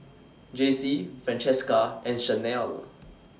Jacey Francesca and Shanelle